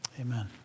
Amen